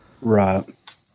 Right